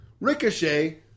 Ricochet